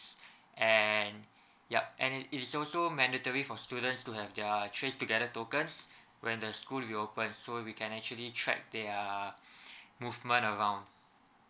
and yup and it is also mandatory for students to have their trays together tokens when the school reopen so we can actually track their movement around